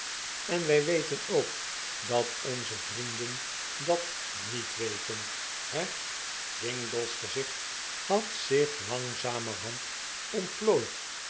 en wij weten ook dat onze vrienden dat niet weten he jingle's gezicht had zich langzamerhand ontplooid